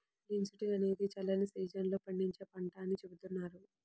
linseed అనేది చల్లని season లో పండించే పంట అని చెబుతున్నారు